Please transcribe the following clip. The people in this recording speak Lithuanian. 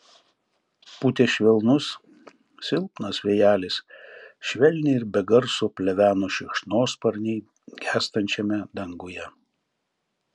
pūtė švelnus silpnas vėjelis švelniai ir be garso pleveno šikšnosparniai gęstančiame danguje